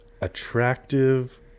attractive